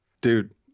Dude